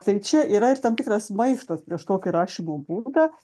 tai čia yra ir tam tikras maištas prieš tokį rašymo būdą